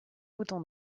bouton